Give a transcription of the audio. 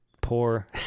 poor